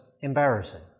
embarrassing